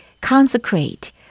consecrate